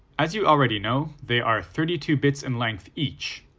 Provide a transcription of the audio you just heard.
as you already know, they are thirty two bits in length each,